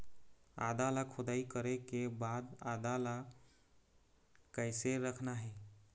आदा ला खोदाई करे के बाद आदा ला कैसे रखना हे?